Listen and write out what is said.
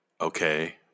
okay